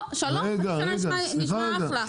או, שלום, עכשיו נשמע אחלה.